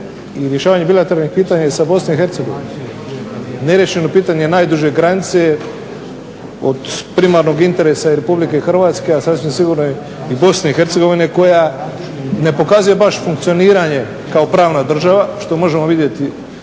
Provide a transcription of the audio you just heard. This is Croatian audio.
i rješavanje bilateralnih pitanja i sa Bosnom i Hercegovinom. Neriješeno pitanje najduže granice je od primarnog interesa Republike Hrvatske a sasvim sigurno je i Bosne i Hercegovine koja ne pokazuje baš funkcioniranje kao pravna država što možemo vidjeti